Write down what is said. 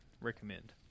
recommend